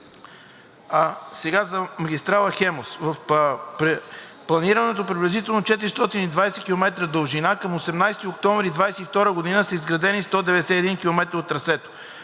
За магистрала „Хемус“. В планираните приблизително 420 км дължина към 18 октомври 2022 г. са изградени 191 км от трасето.